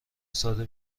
ساده